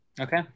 Okay